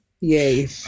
Yay